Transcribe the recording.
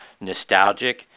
nostalgic